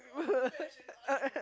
uh